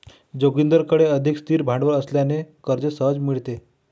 जोगिंदरकडे अधिक स्थिर भांडवल असल्याने कर्ज सहज मिळते